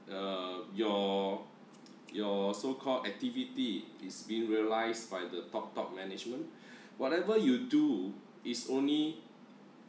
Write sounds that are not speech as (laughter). err your your so-called activity is being realized by the top top management (breath) whatever you do is only